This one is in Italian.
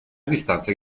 distanze